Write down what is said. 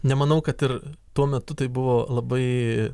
nemanau kad ir tuo metu tai buvo labai